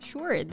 Sure